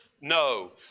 No